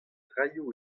raio